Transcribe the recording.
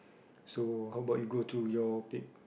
so how about you go to your pic